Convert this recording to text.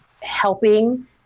helping